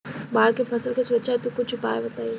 बाढ़ से फसल के सुरक्षा हेतु कुछ उपाय बताई?